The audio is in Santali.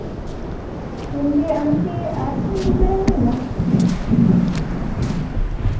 ᱜᱚᱢᱠᱮ ᱟᱢᱠᱤ ᱟᱨᱴᱥ ᱨᱮᱱ ᱴᱤᱪᱟᱨ ᱮᱢ ᱢᱮᱱᱫᱟ